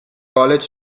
college